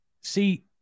See